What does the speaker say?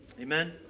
Amen